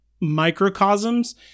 microcosms